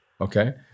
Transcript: Okay